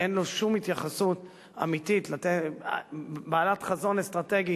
אין לו שום התייחסות אמיתית בעלת חזון אסטרטגי